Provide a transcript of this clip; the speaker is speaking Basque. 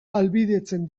ahalbidetzen